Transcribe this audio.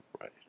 right